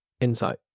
insight